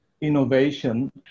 innovation